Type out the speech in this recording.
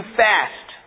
fast